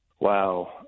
Wow